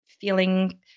feeling